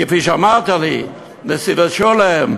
כפי שאמרת לי: "נתיבות שלום",